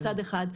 מצד אחד,